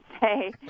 say